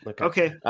okay